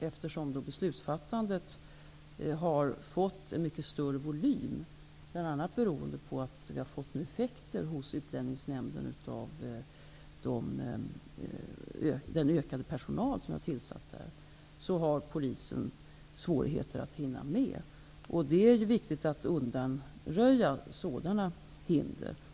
Eftersom beslutsfattandet nu har fått en mycket större volym, bl.a. beroende på att vi nu har fått effekter hos Utlänningsnämnden av den ökade personal som har tillsatts där, har polisen svårigheter att hinna med. Det är viktigt att undanröja sådana hinder.